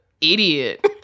idiot